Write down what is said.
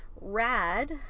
rad